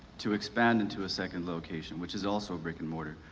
to expand into a second location, which is also a brick and mortar,